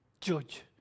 judge